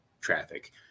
traffic